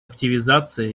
активизация